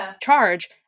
Charge